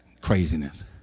craziness